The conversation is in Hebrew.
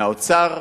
מהאוצר,